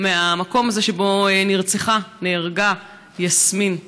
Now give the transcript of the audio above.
מהמקום הזה שבו נרצחה, נהרגה, יסמין.